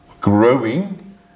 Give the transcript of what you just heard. growing